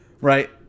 right